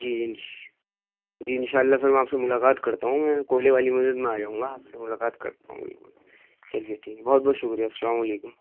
جی انش ان شاء اللہ پھر میں آپ سے ملاقات کرتا ہوں میں کوئلے والی مسجد میں آ جاؤں گا آپ سے ملاقات کرتا ہوں بالکل چلیے ٹھیک ہے بہت بہت شکریہ السلام علیکم